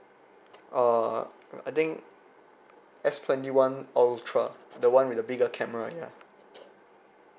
uh I think S twenty one ultra the one with the bigger camera yeah